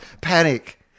panic